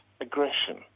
aggression